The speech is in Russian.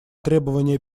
требования